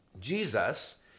Jesus